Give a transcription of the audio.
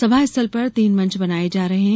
सभा स्थल पर तीन मंच बनाऐ जा रहे हैं